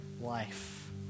life